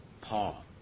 Paul